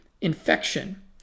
infection